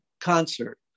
concert